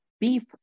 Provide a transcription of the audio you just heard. beef